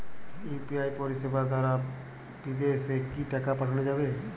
UPI পরিষেবা দারা বিদেশে কি টাকা পাঠানো যাবে?